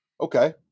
Okay